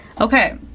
Okay